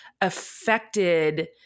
affected